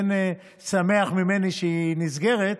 אין שמח ממני שהיא נסגרת,